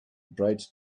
bright